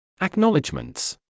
Acknowledgements